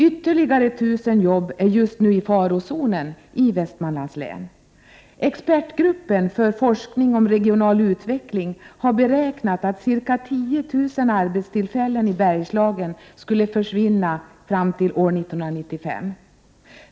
Ytterligare 1000 jobb är just nu i farozonen i Västmanlands län. Expertgruppen för forskning om regional utveckling har beräknat att ca 10 000 arbetstillfällen i Bergslagen kan komma att försvinna fram till 1995.